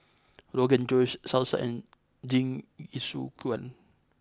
Rrogan Josh Salsa and Jingisukan